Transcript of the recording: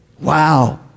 Wow